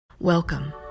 Welcome